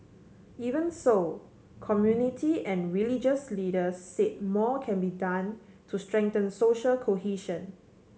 even so community and religious leaders said more can be done to strengthen social cohesion